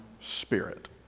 spirit